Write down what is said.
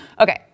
Okay